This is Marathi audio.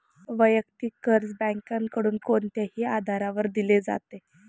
वैयक्तिक कर्ज बँकांकडून कोणत्याही आधारावर दिले जाते